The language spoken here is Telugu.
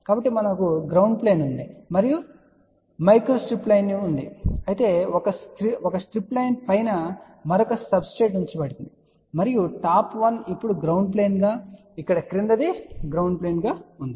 కాబట్టి మనకు గ్రౌండ్ ప్లేన్ ఉంది మరియు మనకు మైక్రోస్ట్రిప్ లైన్ ఉంది అయితే ఒక స్ట్రిప్ లైన్ పైన మరొక సబ్స్ట్రెట్ ఉంచబడింది మరియు టాప్ వన్ ఇప్పుడు గ్రౌండ్ ప్లేన్ గా ఇక్కడ క్రిందది గ్రౌండ్ ప్లేన్ గా ఉంటుంది